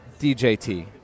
DJT